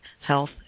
Health